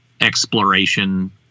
exploration